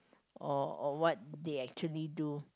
or or what they actually do